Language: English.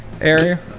area